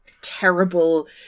terrible